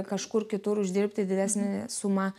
kažkur kitur uždirbti didesnę sumą